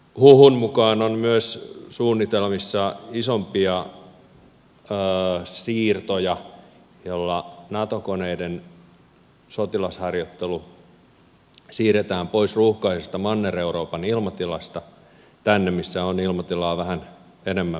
huhun mukaan on myös suunnitelmissa isompia siirtoja joilla nato koneiden sotilasharjoittelu siirretään pois ruuhkaisesta manner euroopan ilmatilasta tänne missä on ilmatilaa vähän enemmän vielä